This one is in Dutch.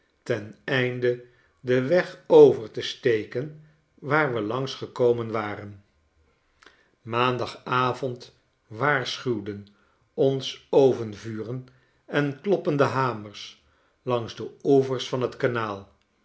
ten einde den weg over te steken waar we langs gekomen waren maandagavond waarschnwden ons ovenvuren en kloppende hamers langs de oevers van j t kanaal